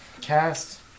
cast